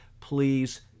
please